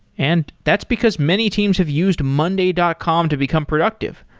and that's because many teams have used monday dot com to become productive.